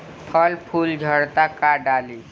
फल फूल झड़ता का डाली?